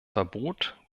verbot